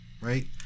right